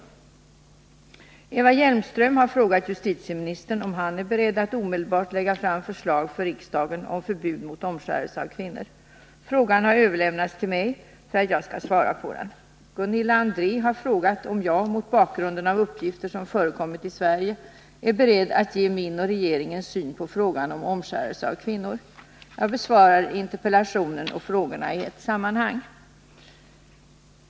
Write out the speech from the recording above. Eva Hjelmström har frågat justitieministern om han är beredd att omedelbart lägga fram förslag för riksdagen om förbud mot omskärelse av kvinnor. Frågan har överlämnats till mig för att jag skall svara på den. Gunilla André har frågat om jag, mot bakgrund av uppgifter som förekommit i Sverige, är beredd att ge min och regeringens syn på frågan om omskärelse av kvinnor. Jag besvarar interpellationen och frågorna i ett sammanhang.